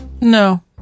No